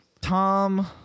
Tom